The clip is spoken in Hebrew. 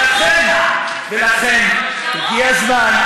כמוך, לא כמוני, כמוך.